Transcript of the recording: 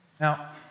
Now